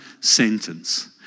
sentence